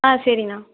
ஆ சரிண்ணா